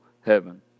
heaven